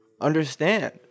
understand